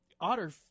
Otter